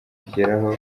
kugeraho